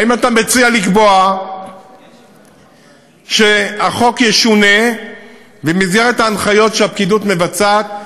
האם אתה מציע לקבוע שהחוק ישונה ובמסגרת ההנחיות שהפקידות מבצעת,